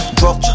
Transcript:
drop